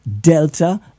Delta